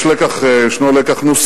יש לקח נוסף: